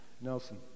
Nelson